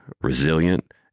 resilient